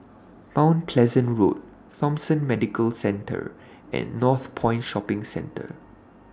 Mount Pleasant Road Thomson Medical Centre and Northpoint Shopping Centre